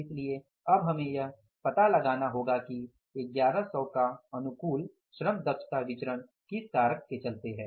इसलिए अब हमें यह पता लगाना होगा कि 1100 का अनुकूल श्रम दक्षता विचरण किस कारक के चलते है